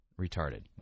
Retarded